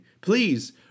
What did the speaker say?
please